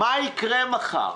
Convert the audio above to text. על מה יקרה מחר.